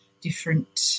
different